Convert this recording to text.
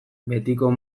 betiko